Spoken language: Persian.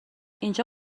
اینجا